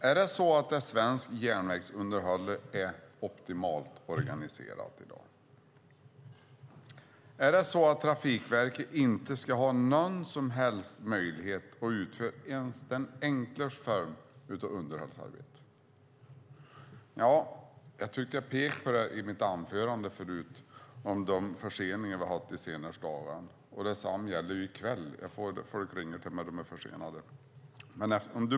Fru talman! Är det svenska järnvägsunderhållet optimalt organiserat i dag? Ska Trafikverket inte ha någon som helst möjlighet att utföra ens den enklaste form av underhållsarbete? Jag pekade i mitt anförande på de förseningar vi haft de senaste dagarna. Detsamma gäller i kväll. Folk ringer för att de är försenade.